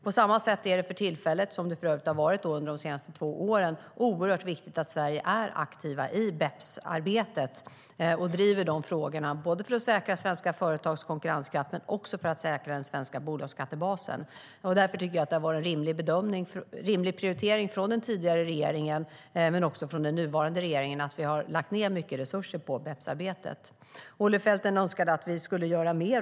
På samma sätt är det nu - och det har så varit de senaste två åren - oerhört viktigt att Sverige är aktivt i BEPS-arbetet och driver de frågorna för att säkra svenska företags konkurrenskraft men också för att säkra den svenska bolagsskattebasen. Därför tycker jag att det har varit en rimlig prioritering av den tidigare men även den nuvarande regeringen att lägga ned mycket resurser på BEPS-arbetet. Olle Felten önskade att vi skulle göra mer.